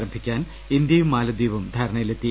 ആരംഭിക്കാൻ ഇന്ത്യയും മാലദ്വീപും ധാരണയിലെ ത്തി